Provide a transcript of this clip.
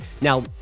Now